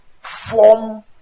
form